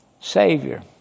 Savior